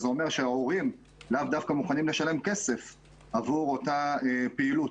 זה אומר שההורים לאו דווקא מוכנים לשלם כסף עבור אותה הפעילות.